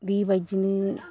बे बायदिनो